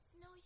No